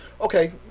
Okay